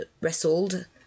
wrestled